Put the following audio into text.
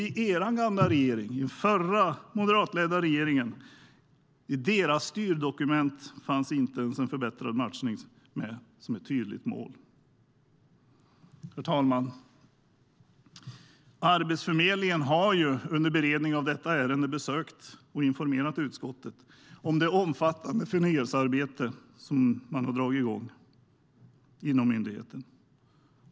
I den förra, moderatledda regeringens styrdokument fanns inte ens en förbättrad matchning med som ett tydligt mål. Herr talman! Arbetsförmedlingen har under beredningen av detta ärende besökt utskottet och informerat om det omfattande förnyelsearbete som man har dragit igång inom myndigheten.